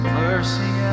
mercy